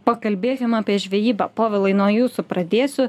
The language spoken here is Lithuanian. pakalbėkim apie žvejybą povilai nuo jūsų pradėsiu